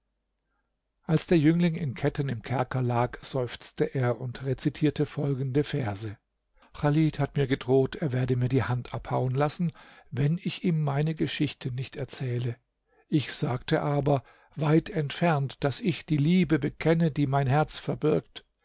als der jüngling in ketten im kerker lag seufzte er und rezitierte folgende verse chalid hat mir gedroht er werde mir die hand abhauen lassen wenn ich ihm meine geschichte nicht erzähle ich sagte aber weit entfernt daß ich die liebe bekenne die mein herz verbirgt